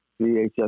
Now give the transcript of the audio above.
VHS